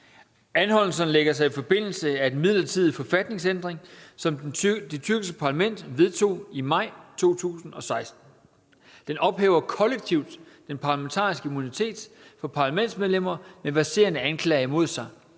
Anholdelserne lægger sig i forlængelse af den midlertidige forfatningsændring, som det tyrkiske parlament vedtog i maj 2016. Den ophæver kollektivt den parlamentariske immunitet for parlamentsmedlemmer med verserende anklage mod sig.